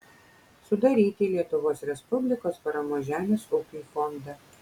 sudaryti lietuvos respublikos paramos žemės ūkiui fondą